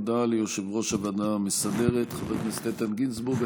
הודעה ליושב-ראש הוועדה המסדרת חבר הכנסת איתן גינזבורג.